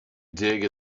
dig